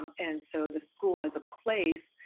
and so the school, as a place,